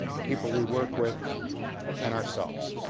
the people we work with and ourselves.